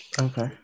Okay